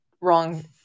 wrong